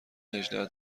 هجده